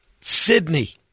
Sydney